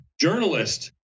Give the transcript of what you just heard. journalist